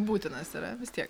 būtinas yra vis tiek